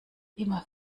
immer